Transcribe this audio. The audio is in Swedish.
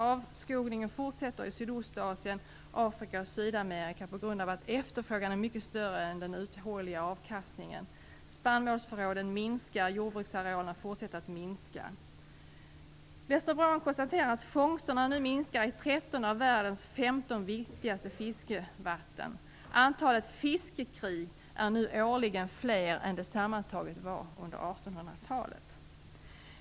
Avskogningen fortsätter i Sydostasien, Afrika och Sydamerika på grund av att efterfrågan är mycket större än den uthålliga avkastningen. Spannmålsförråden minskar, och jordbruksarealerna fortsätter att minska. Lester R. Brown konstaterar att fångsterna nu minskar i 13 av världens 15 viktigaste fiskevatten. Antalet fiskekrig är nu årligen fler än de sammantaget var under 1800-talet.